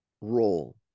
role